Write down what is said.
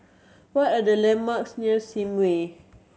what are the landmarks near Sim Way